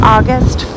August